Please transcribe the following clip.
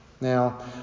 Now